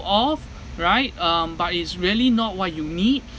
off right um but it's really not what you need